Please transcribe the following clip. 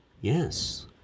Yes